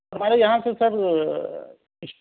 ہمارے یہاں سے سر